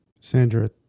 Sandra